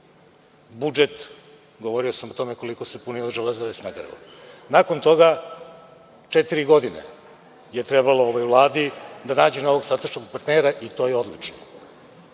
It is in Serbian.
Budžet, govorio sam o tome koliko se punio od „Železare“ Smederevo. Nakon toga četiri godine je trebalo ovoj Vladi da nađe novog strateškog partnera i to je odlično.